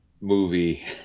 movie